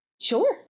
Sure